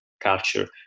culture